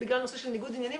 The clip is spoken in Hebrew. בגלל נושא של ניגוד עניינים,